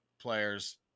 players